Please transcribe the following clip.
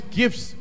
gifts